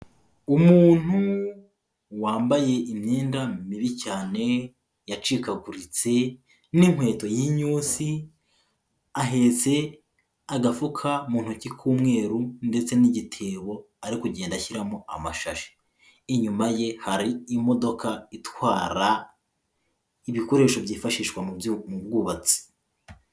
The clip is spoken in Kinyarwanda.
Umuntu wambaye imyenda mibi cyane yacikaguritse n'inkweto y'inyutsi, ahetse agafuka mu ntoki k'umweru ndetse n'igitebo ari kugenda ashyiramo amashashi. Inyuma ye hari imodoka itwara ibikoresho byifashishwa mu bwubatsi.